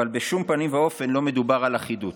אבל בשום פנים ואופן לא מדובר על אחידות.